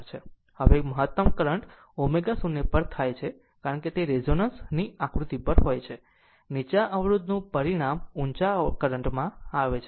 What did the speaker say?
હવે મહત્તમ કરંટ ω0 પર થાય છે કારણ કે તે રેઝોનન્સ ની આવૃત્તિ પર હોય છે નીચા અવરોધનું પરિણામ ઊંચા કરંટમાં આવે છે